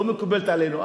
לא מקובלת עלינו.